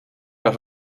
darf